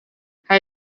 hij